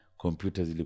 computers